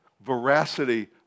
veracity